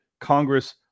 Congress